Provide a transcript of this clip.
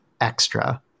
extra